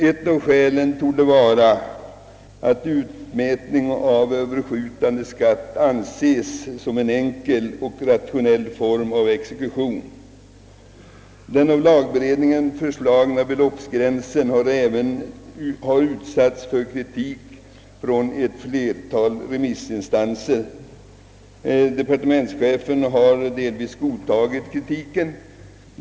Ett av skälen härtill torde vara att utmätningen av överskjutande preliminär skatt ansetts som en rationell och enkel form för exekution. Den av lagberedningen föreslagna beloppsgränsen har utsatts för kritik från ett flertal remissinstanser. Departementschefen har delvis godtagit kritiken.